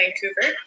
Vancouver